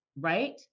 right